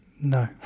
No